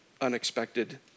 unexpected